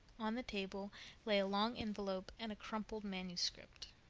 on the table lay a long envelope and a crumpled manuscript.